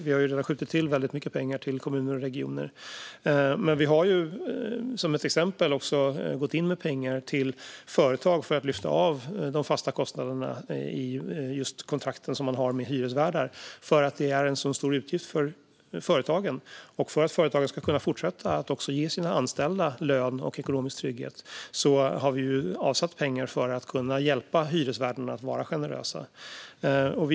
Vi har redan skjutit till väldigt mycket pengar till kommuner och regioner, men som ett exempel har vi även gått in med pengar till företag för att lyfta av dem de fasta kostnaderna enligt deras kontrakt med hyresvärdarna - eftersom det är en så stor utgift för företagen. För att företagen ska kunna fortsätta ge sina anställda lön och ekonomisk trygghet har vi avsatt pengar för att kunna hjälpa hyresvärdarna att vara generösa.